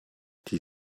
die